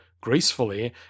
gracefully